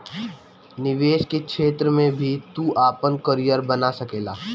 निवेश के क्षेत्र में भी तू आपन करियर बना सकेला